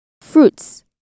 fruits